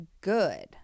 good